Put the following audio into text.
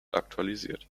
aktualisiert